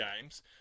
games